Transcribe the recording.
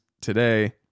today